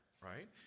right